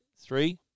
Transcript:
three